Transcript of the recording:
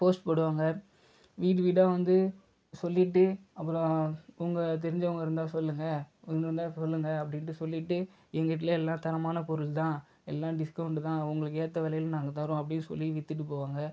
post போடுவாங்க வீடு வீடாக வந்து சொல்லிட்டு அப்புறம் உங்கள் தெரிஞ்சவங்கயிருந்தால் சொல்லுங்க சொல்லுங்க அப்படின்ட்டு சொல்லிட்டு எங்கிட்டல எல்லாம் தரமானப் பொருள் தான் எல்லாம் டிஸ்கவுண்டு தான் உங்குளுக்கு ஏற்ற விலயில நாங்கத்தரோம் அப்படி சொல்லி விற்றுட்டுப்போவாங்க